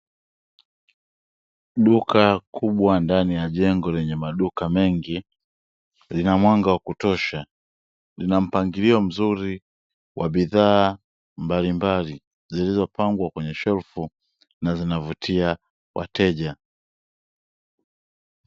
Duka kubwa ndani ya jengo lenye maduka mengi, lina mwanga wa kutosha, lina mpangilio mzuri wa bidhaa mbalimbali zilizopangwa kwenye shelfu na zinavutia wateja.